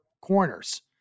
corners